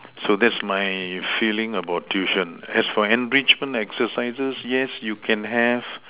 so that's my feeling about tuition as for enrichment exercises yes you can have